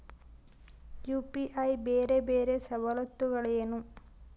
UPI ಬೇರೆ ಬೇರೆ ಸವಲತ್ತುಗಳೇನು?